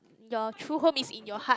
your true home is in your heart